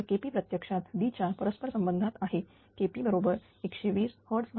तर KP प्रत्यक्षात D च्या परस्परसंबंधात आहेKP बरोबर 120 Hzpu MW